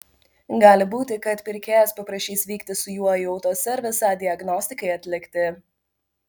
gali būti kad pirkėjas paprašys vykti su juo į autoservisą diagnostikai atlikti